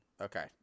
okay